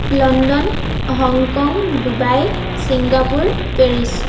London Hong Kong Dubai Singapore Paris